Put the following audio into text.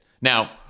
Now